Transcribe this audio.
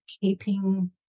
keeping